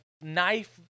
knife